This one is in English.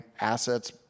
assets